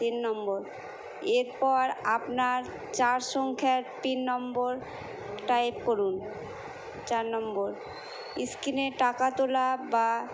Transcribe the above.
তিন নম্বর এরপর আপনার চার সংখ্যার পিন নম্বর টাইপ করুন চার নম্বর স্ক্রিনে টাকা তোলা বা